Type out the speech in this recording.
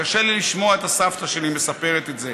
קשה לי לשמוע את הסבתא שלי מספרת את זה.